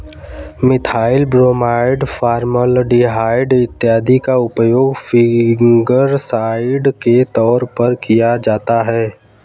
methyl bromide, formaldehyde इत्यादि का उपयोग फंगिसाइड के तौर पर किया जाता है